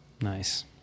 Nice